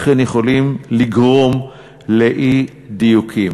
אכן יכולים לגרור אי-דיוקים.